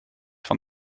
van